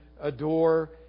adore